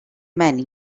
many